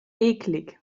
eklig